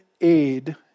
aid